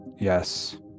Yes